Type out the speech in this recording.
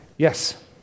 Yes